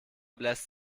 bläst